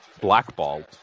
blackballed